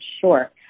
sure